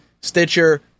Stitcher